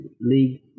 league